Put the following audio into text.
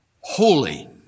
Holy